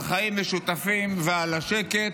על חיים משותפים ועל השקט.